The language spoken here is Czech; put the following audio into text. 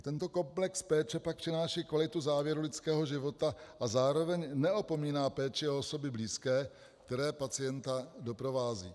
Tento komplex péče pak přináší kvalitu závěru lidského života a zároveň neopomíná péči o osoby blízké, které pacienta doprovázejí.